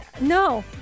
No